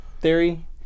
theory